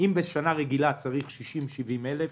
אם בשנה רגילה צריך 60 אלף